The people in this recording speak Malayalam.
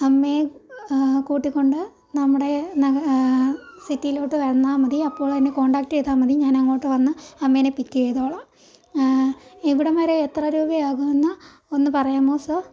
അമ്മയെ കൂട്ടിക്കൊണ്ട് നമ്മുടെ നഗ സിറ്റിയിലോട്ട് വന്നാൽ മതി അപ്പോൾ എന്നെ കോണ്ടാക്റ്റ് ചെയ്താൽ മതി അപ്പോൾ ഞാൻ അങ്ങോട്ടു വന്ന് അമ്മേനെ പിക്ക് ചെയ്തോളാം ഇവിടെ വരെ എത്ര രൂപയാകും എന്ന് ഒന്ന് പറയാമോ സർ